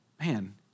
Man